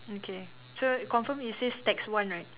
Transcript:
okay so confirm it says tax one right